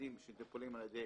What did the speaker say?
שמטופלים על ידי